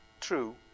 True